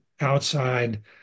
outside